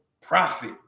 profit